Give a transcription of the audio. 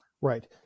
Right